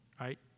right